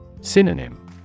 Synonym